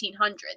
1800s